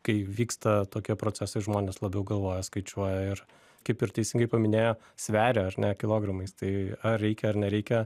kai vyksta tokie procesai žmonės labiau galvoja skaičiuoja ir kaip ir teisingai paminėjo sveria ar ne kilogramais tai ar reikia ar nereikia